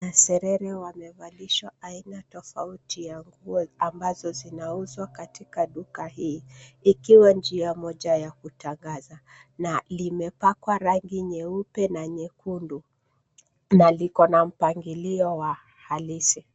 Maserere wamevalishwa aina tofauti ya nguo ambazo zinauzwa katika duka hili, likiwa njia moja ya kutangaza na limepakwa rangi nyeupe na nyekundu. Na likona mpangilio wa halisi.